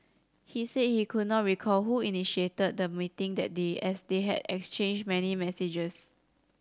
he said he could not recall who initiated the meeting that day as they had exchanged many messages